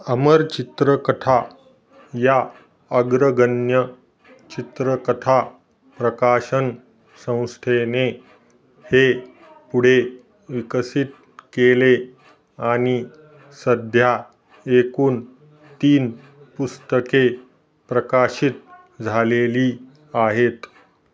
अमर चित्रकथा या अग्रगण्य चित्रकथा प्रकाशन संस्थेने हे पुढे विकसित केले आणि सध्या एकूण तीन पुस्तके प्रकाशित झालेली आहेत